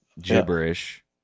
gibberish